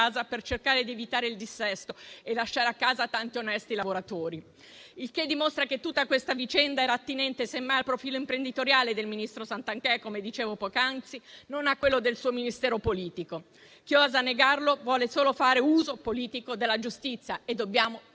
per cercare di evitare il dissesto e di lasciare a casa tanti onesti lavoratori. Ciò dimostra che tutta questa vicenda era attinente, semmai, al profilo imprenditoriale del ministro Santanchè, come dicevo poc'anzi, e non a quello del suo Ministero politico. Chi osa negarlo vuole solo fare uso politico della giustizia: e noi dobbiamo